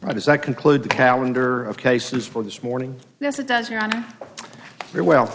right is that conclude the calendar of cases for this morning